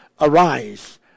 Arise